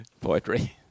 poetry